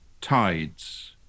tides